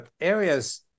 areas